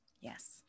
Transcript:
Yes